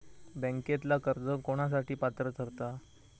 बँकेतला कर्ज कोणासाठी पात्र ठरता?